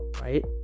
right